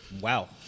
Wow